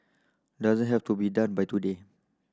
doesn't have to be done by today